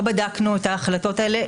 לא בדקנו את ההחלטות האלה.